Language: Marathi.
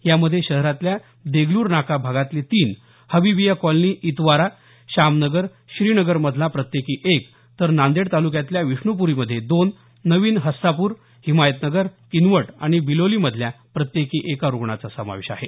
यामध्ये शहरातल्या देगलूर नाका भागातले तीन हबिबिया कॉलनी इतवारा शामनगर श्रीनगर मधला प्रत्येकी एक तर नांदेड तालुक्यातल्या विष्णुपूरीमध्ये दोन नवीन हस्सापूर हिमायतनगर किनवट आणि बिलोलीमधल्या प्रत्येकी एका रुग्णाचा समावेश आहे